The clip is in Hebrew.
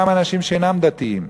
גם אנשים שאינם דתיים.